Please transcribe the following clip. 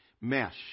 mesh